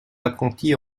apprentis